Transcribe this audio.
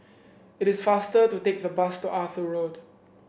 it is faster to take the bus to Arthur Road